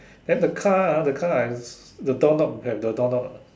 then the car ah the car the door knob have the door knob or not